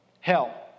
Hell